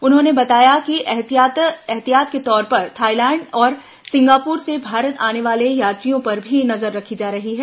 उन्होंने बताया कि एहतियात के तौर पर थाइलैंड और सिंगापुर से भारत आने वाले यात्रियों पर भी नजर रखी जा रही है